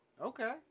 Okay